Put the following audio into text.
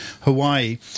Hawaii